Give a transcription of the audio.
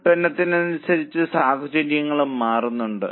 ഉൽപ്പന്നത്തിന് അനുസരിച്ച് സാഹചര്യങ്ങളും മാറുന്നുണ്ട്